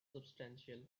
substantial